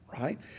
right